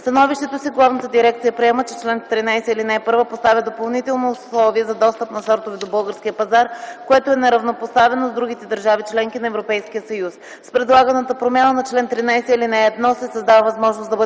становището си Главната дирекция приема, че чл. 13, ал. 1 поставя допълнително условие за достъп на сортове до българския пазар, което е неравнопоставеност с другите държави – членки на Европейския съюз. С предлаганата промяна на чл. 13, ал. 1 се създава възможност да бъде